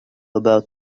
about